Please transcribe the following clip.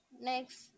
next